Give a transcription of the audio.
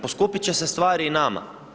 Poskupit će se stvari i nama.